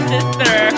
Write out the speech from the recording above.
Sister